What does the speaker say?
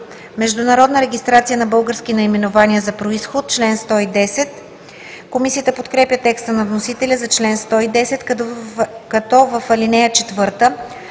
„Международна регистрация на български наименования за произход – чл. 110“. Комисията подкрепя текста на вносителя за чл. 110, като в ал. 4